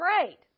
great